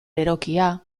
berokia